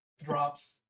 Drops